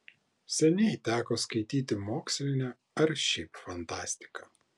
seniai teko skaityti mokslinę ar šiaip fantastiką